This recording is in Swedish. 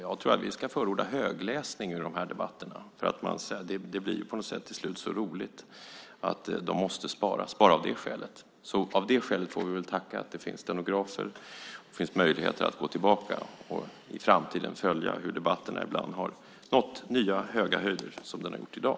Jag tror att jag ska förorda högläsning ur de här debatterna. Det blir på något sätt till slut så roligt att de måste sparas bara av det skälet. Av den anledningen får vi väl tacka för att det finns stenografer så att det finns möjlighet att gå tillbaka och i framtiden följa hur debatterna ibland har nått nya, höga höjder, som den har gjort i dag.